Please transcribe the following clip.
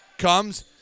comes